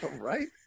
right